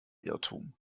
irrtum